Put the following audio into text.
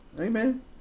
Amen